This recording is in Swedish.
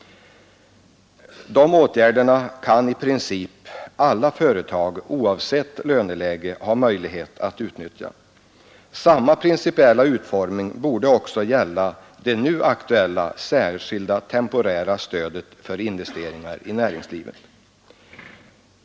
De åtgärderna har i princip alla företag, oavsett löneläge, möjlighet att utnyttja. Samma principiella utformning borde gälla för det särskilda temporära stöd till investeringar i näringslivet som nu är aktuellt.